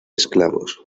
esclavos